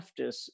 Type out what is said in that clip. leftists